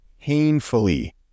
painfully